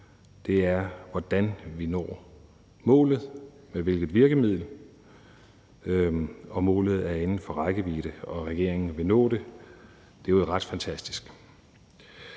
om, er, hvordan vi når målet, med hvilket virkemiddel, og målet er inden for rækkevidde, og regeringen vil nå det. Det er jo ret fantastisk.